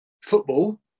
football